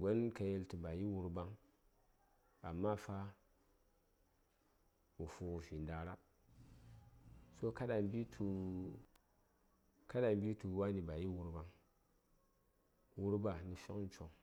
gon ka yeltə ba yir wurɓaŋ amma fa wo fughə vi ndara so kada a mbitu a mbitu wani ba a yir wurbaŋ wurɓa nə fighən coŋ